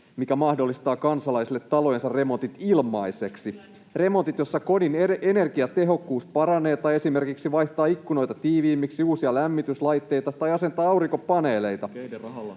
mikä mahdollistaa kansalaisille talojensa remontit ilmaiseksi, [Leena Meri: Kyllä!] remontit, joissa kodin energiatehokkuus paranee, esimerkiksi vaihdetaan ikkunoita tiiviimmiksi, asennetaan uusia lämmityslaitteita tai asennetaan aurinkopaneeleita.